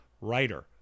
writer